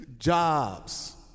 Jobs